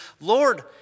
Lord